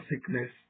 sickness